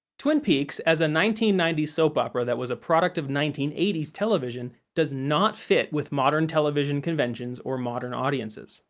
twin peaks, as a nineteen ninety s soap opera that was a product of nineteen eighty s television, does not fit with modern television conventions or modern audiences.